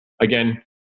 again